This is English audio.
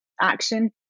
action